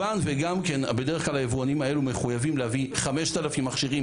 בדרך כלל היבואנים האלו מחויבים להביא 5,000 מכשירים,